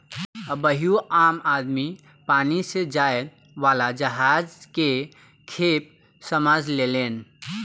अबहियो आम आदमी पानी से जाए वाला जहाज के खेप समझेलेन